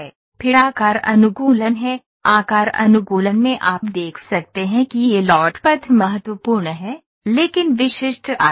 फिर आकार अनुकूलन है आकार अनुकूलन में आप देख सकते हैं कि यह लोड पथ महत्वपूर्ण है लेकिन विशिष्ट आकार है